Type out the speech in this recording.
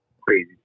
crazy